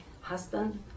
husband